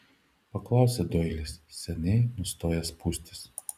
paklausė doilis seniai nustojęs pūstis